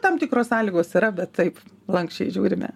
tam tikros sąlygos yra bet taip lanksčiai žiūrime